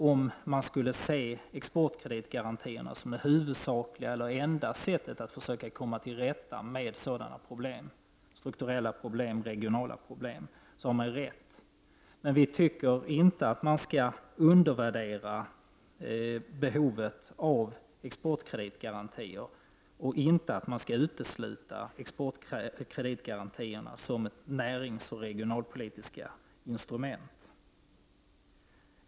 Om man skall se exportkreditgarantierna som det huvudsakliga eller enda sättet att försöka komma till rätta med strukturella och regionala problem, är detta riktigt. Men vi tycker inte att man skall undervärdera behovet av exportkreditgarantier eller utesluta dem som ett näringsoch regionalpolitiskt instrument.